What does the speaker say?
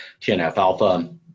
TNF-alpha